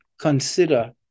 consider